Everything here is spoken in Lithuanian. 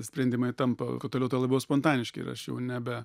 sprendimai tampa kuo toliau tuo labiau spontaniški ir aš jau nebe